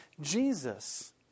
Jesus